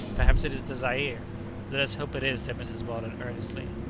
perhaps it is the zaire. let us hope it is, said mrs. weldon earnestly.